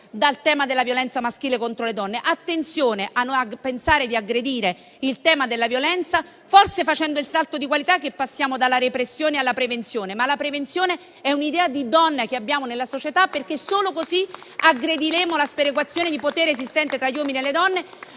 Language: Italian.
dal tema della violenza maschile contro le donne. Attenzione a pensare di aggredire il tema della violenza facendo forse il salto di qualità nel passaggio dalla repressione alla prevenzione. Ma la prevenzione è un'idea di donna che abbiamo nella società, perché solo così aggrediremo la sperequazione di potere esistente tra gli uomini e le donne,